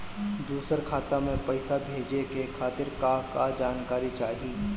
दूसर खाता में पईसा भेजे के खातिर का का जानकारी चाहि?